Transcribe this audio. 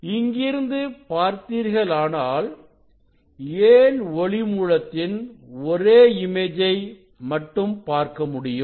இங்கிருந்து பார்த்தீர்களானால் ஏன் ஒளி மூலத்தின் ஒரே இமேஜை மட்டும் பார்க்க முடியும்